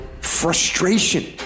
Frustration